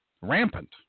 rampant